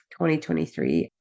2023